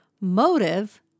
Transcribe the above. Motive